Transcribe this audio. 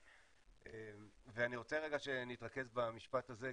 אני רוצה שנתרכז במשפט הזה,